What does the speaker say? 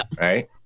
Right